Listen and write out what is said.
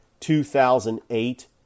2008